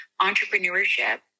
entrepreneurship